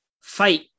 fight